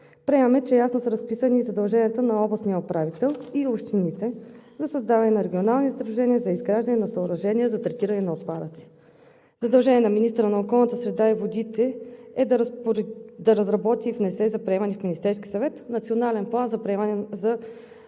Приемаме, че ясно са разписани и задълженията на областния управител и общините за създаване на регионални сдружения за изграждане на съоръжения за третиране на отпадъци. Задължение на министъра на околната среда и водите е да разработи и внесе за приемане в Министерския съвет Национален план за управление на